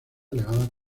elevadas